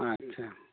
ᱟᱪᱪᱷᱟ